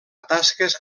tasques